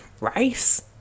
rice